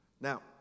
Now